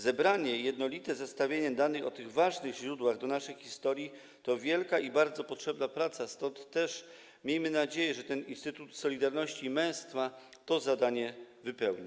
Zebranie i jednolite zestawienie danych o tych ważnych źródłach w naszej historii to wielka i bardzo potrzebna praca, stąd też miejmy nadzieję, że Instytut Solidarności i Męstwa to zadanie wypełni.